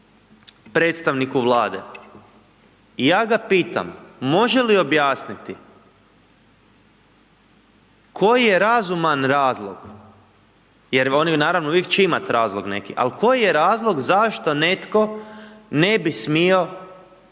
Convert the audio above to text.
predstavniku Vlade i ja ga pitam može li objasniti koji je razuman razlog, jer oni naravno uvijek će imati razlog neki, ali koji je razlog zašto netko ne bi smio